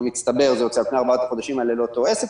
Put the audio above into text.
במצטבר זה יוצא על פני ארבעת החודשים האלה לאותו עסק,